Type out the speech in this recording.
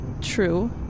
True